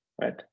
right